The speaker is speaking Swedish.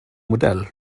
modell